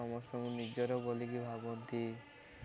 ସମସ୍ତଙ୍କୁ ନିଜର ବୋଲିକି ଭାବନ୍ତି